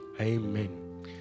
Amen